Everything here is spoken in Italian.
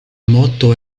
motto